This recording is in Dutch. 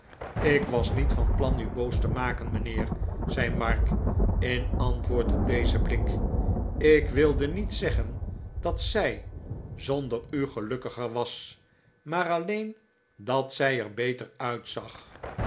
ik was niet van plan u boos te maken mijnheer zei mark in antwoord op rlezen blik ik wilde niet zeggen dat zij zonder u gelukkiger was maar alleen dat zij er beter uitzag